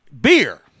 Beer